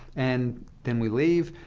and then we leave,